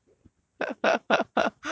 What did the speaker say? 厚脸皮 eh seriously